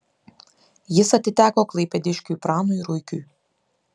jis atiteko klaipėdiškiui pranui ruikiui